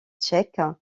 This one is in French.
tchèque